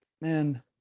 man